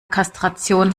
kastration